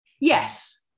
Yes